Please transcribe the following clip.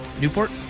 Newport